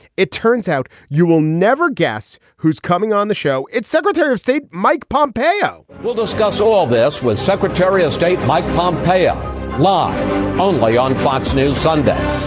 it turns out you will never guess who's coming on the show. it's secretary of state mike pompeo. we'll discuss all this with secretary of state mike pompeo law only on fox news sunday.